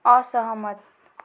असहमत